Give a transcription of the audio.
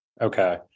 Okay